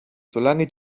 solange